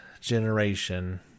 generation